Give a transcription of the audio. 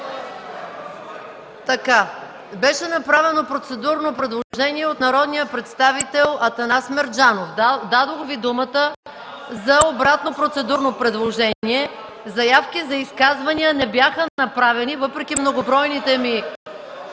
Има направено процедурно предложение от народен представител Атанас Мерджанов. Дадох Ви думата за обратно процедурно предложение. Заявки за изказвания не бяха направени. (Шум и реплики